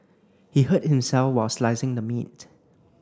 he hurt himself while slicing the meat